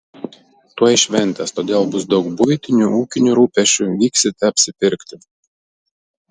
tuoj šventės todėl bus daug buitinių ūkinių rūpesčių vyksite apsipirkti